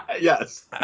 Yes